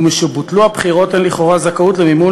ומשבוטלו הבחירות אין לכאורה זכאות למימון,